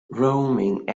roaming